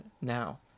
now